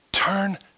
Turn